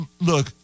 look